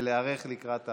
ולהיערך לקראת ההצבעה.